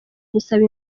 gusaba